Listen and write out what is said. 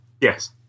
Yes